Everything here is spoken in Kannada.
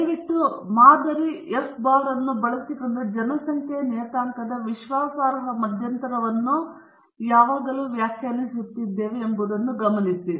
ದಯವಿಟ್ಟು ಮಾದರಿ ಎಫ್ ಬಾರ್ ಅನ್ನು ಬಳಸಿಕೊಂಡು ಜನಸಂಖ್ಯೆಯ ನಿಯತಾಂಕದ ವಿಶ್ವಾಸಾರ್ಹ ಮಧ್ಯಂತರವನ್ನು ನಾವು ಯಾವಾಗಲೂ ವ್ಯಾಖ್ಯಾನಿಸುತ್ತಿದ್ದೇವೆ ಎಂಬುದನ್ನು ದಯವಿಟ್ಟು ಗಮನಿಸಿ